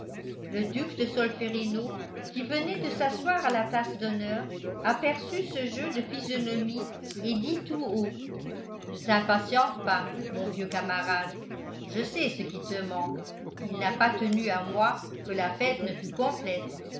le duc de solferino qui venait de s'asseoir à la place d'honneur aperçut ce jeu de physionomie et dit tout haut ne t'impatiente pas mon vieux camarade je sais ce qui te manque il n'a pas tenu à moi que la fête ne fût complète